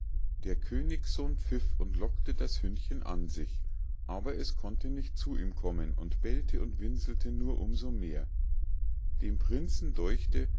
der königssohn pfiff und lockte das hündchen an sich aber es konnte nicht zu ihm kommen und bellte und winselte nur um so mehr dem prinzen däuchte es